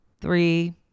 three